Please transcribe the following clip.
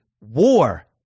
war